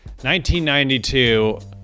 1992